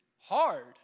hard